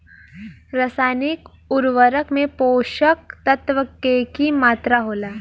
रसायनिक उर्वरक में पोषक तत्व के की मात्रा होला?